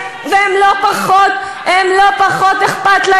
ואז הם גילו את המציאות הנוראה בשטח.